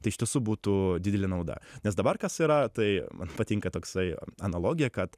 tai iš tiesų būtų didelė nauda nes dabar kas yra tai man patinka toksai analogija kad